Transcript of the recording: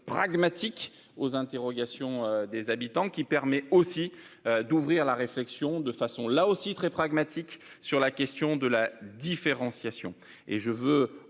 pragmatique aux interrogations des habitants qui permet aussi d'ouvrir la réflexion de façon là aussi très pragmatique sur la question de la différenciation